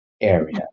area